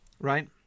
right